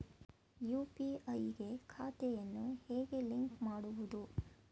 UPI ಗೆ ಖಾತೆಯನ್ನು ಹೇಗೆ ಲಿಂಕ್ ಮಾಡುವುದು?